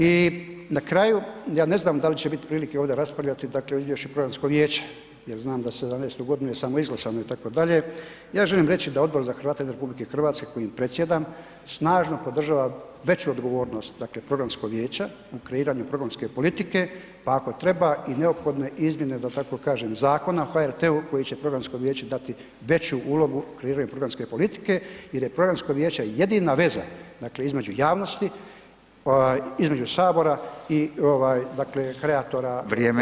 I na kraju, ja ne znam da li će bit prilike ovdje raspravljati, dakle o izvješću programskog vijeća jel znam za '17.g. je samo izglasano itd., ja želim reći da Odbor za Hrvate izvan RH kojim predsjedam snažno podržava veću odgovornost, dakle programskog vijeća u kreiranju programske politike, pa ako treba i neophodne izmjene da tako kažem Zakona o HRT-u koji će programskom vijeću dati veću ulogu u kreiranju programske politike jer je programsko vijeće jedina veza, dakle između javnosti, između sabora i ovaj, dakle kreatora [[Upadica: Vrijeme g. Ljubić, vrijeme]] [[Govornik se ne razumije]] Hvala lijepo.